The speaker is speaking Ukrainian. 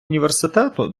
університету